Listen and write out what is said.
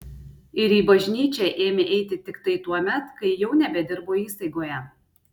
ir į bažnyčią ėmė eiti tiktai tuomet kai jau nebedirbo įstaigoje